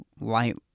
light